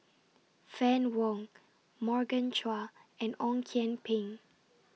Fann Wong Morgan Chua and Ong Kian Peng